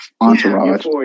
Entourage